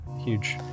huge